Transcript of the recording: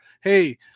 hey